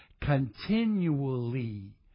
continually